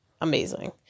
amazing